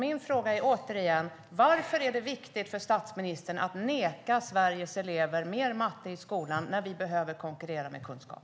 Min fråga är återigen: Varför är det viktigt för statsministern att neka Sveriges elever mer matte i skolan, när vi behöver konkurrera med kunskap?